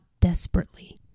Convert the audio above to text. desperately